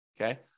Okay